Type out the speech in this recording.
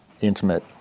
intimate